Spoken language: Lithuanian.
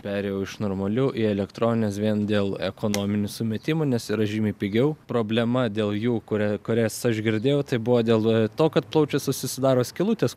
perėjau iš normalių į elektronines vien dėl ekonominių sumetimų nes yra žymiai pigiau problema dėl jų kurią kurias aš girdėjau tai buvo dėl to kad plaučiuose susidaro skylutės